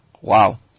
Wow